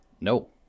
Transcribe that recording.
No